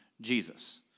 Jesus